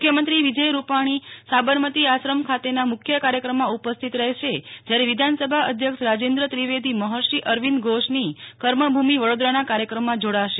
મુખ્યમંત્રી વિજય રૂપાણી સાબરમતી આશ્રમ ખાતેના મુખ્ય કાર્યક્રમમાં ઉપસ્થિત રહેશે જ્યારે વિધાનસભા અધ્યક્ષ રાજેન્દ્ર ત્રિવેદી મહર્ષિઅરવિંદ ઘોષની કર્મભૂમિ વડોદરાના કાર્યક્રમમાં જોડાશે